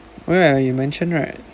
oh ya you mentioned right